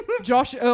josh